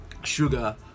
Sugar